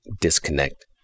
disconnect